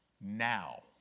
now